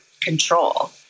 control